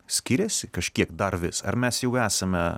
skiriasi kažkiek dar vis ar mes jau esame